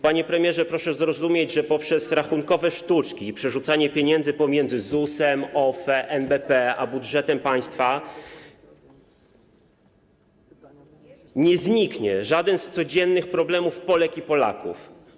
Panie premierze, proszę zrozumieć, że poprzez rachunkowe sztuczki i przerzucanie pieniędzy pomiędzy ZUS-em, OFE, NBP a budżetem państwa nie zniknie żaden z codziennych problemów Polek i Polaków.